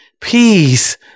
peace